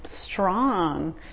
strong